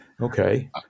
okay